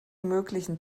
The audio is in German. möglichen